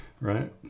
Right